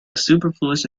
superfluous